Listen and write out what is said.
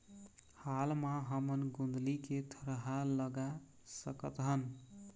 हाल मा हमन गोंदली के थरहा लगा सकतहन?